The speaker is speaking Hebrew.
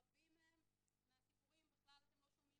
על רבים מהסיפורים אתם בכלל לא שומעים